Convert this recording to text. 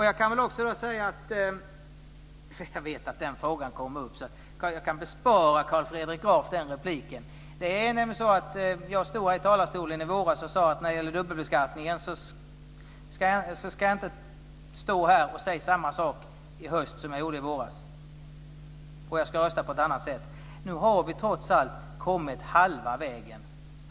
Jag kan också bespara Carl Fredrik Graf en replik, eftersom jag vet att den frågan kommer upp. Jag stod nämligen här i talarstolen i våras och sade att när det gäller sambeskattningen ska jag inte stå här och säga samma sak i höst som jag gör nu i vår, och jag ska rösta på ett annat sätt. Nu har vi trots allt kommit halva vägen.